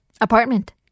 Apartment